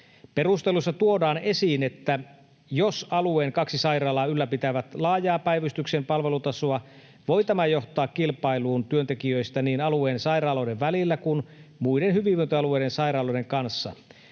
Perusteluissa tuodaan esiin, että jos alueen kaksi sairaalaa ylläpitää laajan päivystyksen palvelutasoa, voi tämä johtaa kilpailuun työntekijöistä niin alueen sairaaloiden välillä kuin muiden hyvinvointialueiden sairaaloiden kanssa.